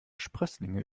sprösslinge